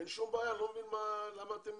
אין שום בעיה, אני לא מבין למה אתם